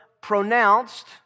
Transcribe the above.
pronounced